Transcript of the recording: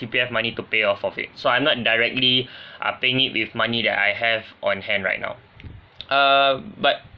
C_P_F money to pay off of it so I'm not directly uh paying it with money that I have on hand right now uh but